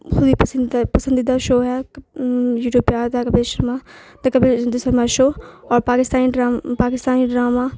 خود ہی پسندیدہ شو ہے یوٹیوب پہ آتا ہے کپل شرما دا کپل دا شرما شو اور پاکستانی پاکستانی ڈراما